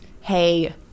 hey